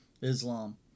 Islam